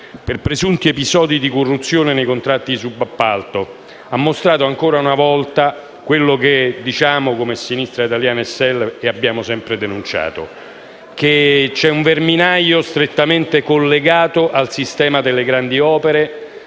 per presunti episodi di corruzione nei contratti di subappalto ha mostrato ancora una volta quello che noi di Sinistra Italiana e SEL abbiamo sempre denunciato: c'è un verminaio strettamente collegato al sistema delle grandi opere,